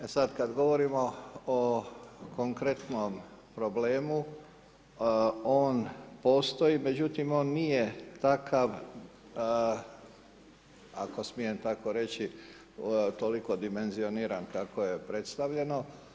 E sad kad govorimo o konkretnom problemu on postoji, međutim on nije takav ako smijem tako reći toliko dimenzioniran, tako je predstavljeno.